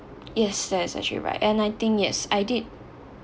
yes that is actually right and I think yes I did